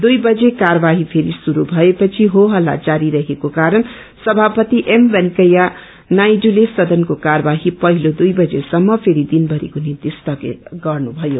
दुइ बजे कार्यवाङी फेरि श्रुरू भए पछि होहल्ला जारी रहेको कारण सभापति एप वेंकैया नायडूले सदनको कार्यवाही पहिलो दुइ बजेसम्म फेरि दिनभरिको निम्ति स्थगित गर्नुभयो